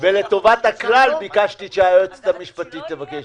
ולטובת הכלל ביקשתי שהיועצת המשפטית תסביר.